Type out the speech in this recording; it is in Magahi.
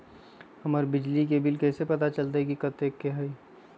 हमर बिजली के बिल कैसे पता चलतै की कतेइक के होई?